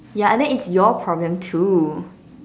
ya and then it's your problem too